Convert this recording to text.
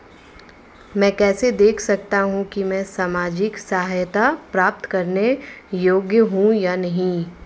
मैं कैसे देख सकता हूं कि मैं सामाजिक सहायता प्राप्त करने योग्य हूं या नहीं?